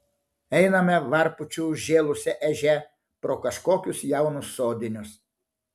einame varpučiu užžėlusia ežia pro kažkokius jaunus sodinius